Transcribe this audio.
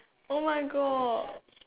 oh my God